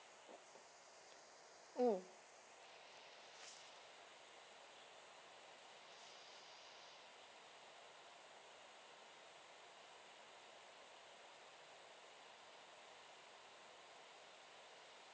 mm